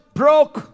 broke